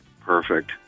Perfect